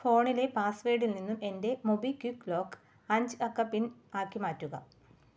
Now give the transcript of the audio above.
ഫോണിലെ പാസ്വേഡിൽ നിന്നും എൻ്റെ മൊബിക്വിക്ക് ലോക്ക് അഞ്ച് അക്ക പിൻ ആക്കി മാറ്റുക